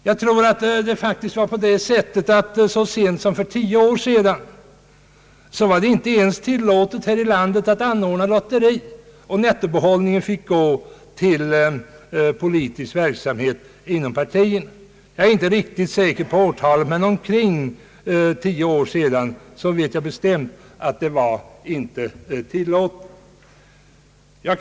Jag tror faktiskt att det så sent som för tio år sedan inte ens var tillåtet här i landet att anordna lotterier där nettobehållningen gick till politisk verksamhet inom ett parti. Jag är inte riktigt säker på årtalet, men jag vet bestämt att sådana lotterier inte var tillåtna för omkring tio år sedan.